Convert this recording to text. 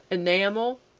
enamel,